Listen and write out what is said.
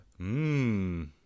Mmm